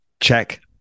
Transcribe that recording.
check